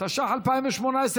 התשע"ח 2018,